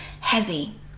heavy